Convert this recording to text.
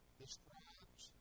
describes